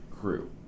crew